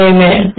Amen